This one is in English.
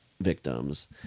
victims